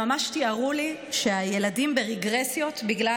הן ממש תיארו לי שהילדים ברגרסיות בגלל